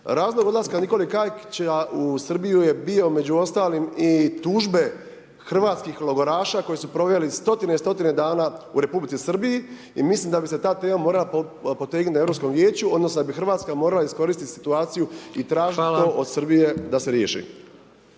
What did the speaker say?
Razlog odlaska Nikole Kajkića u Srbiju je bio među ostalim, i tužbe hrvatskih logoraša koji su proveli 100-tine i 100-tine dana u Republici Srbiji i mislim da bi se ta tema morala potegnuti na Europskog vijeću odnosno da bi RH morala iskoristiti situaciju i …/Upadica: Hvala./… tražiti to od Srbije da se riješi.